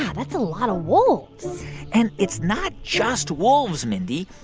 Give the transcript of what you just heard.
yeah that's a lot of wolves and it's not just wolves, mindy.